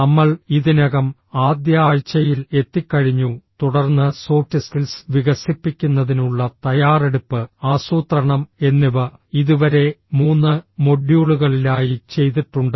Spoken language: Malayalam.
ഞങ്ങൾ ഇതിനകം ആദ്യ ആഴ്ചയിൽ എത്തിക്കഴിഞ്ഞു തുടർന്ന് സോഫ്റ്റ് സ്കിൽസ് വികസിപ്പിക്കുന്നതിനുള്ള തയ്യാറെടുപ്പ് ആസൂത്രണം എന്നിവയിൽ ഞാൻ ഇതുവരെ മൂന്ന് മൊഡ്യൂളുകൾ ചെയ്തിട്ടുണ്ട്